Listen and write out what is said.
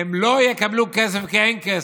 הם לא יקבלו כסף כי אין כסף.